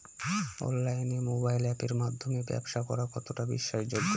অনলাইনে মোবাইল আপের মাধ্যমে ব্যাবসা করা কতটা বিশ্বাসযোগ্য?